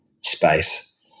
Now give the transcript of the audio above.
space